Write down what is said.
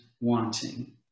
wanting